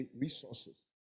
resources